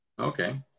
Okay